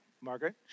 Margaret